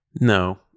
No